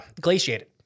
glaciated